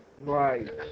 Right